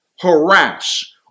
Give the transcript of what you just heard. harass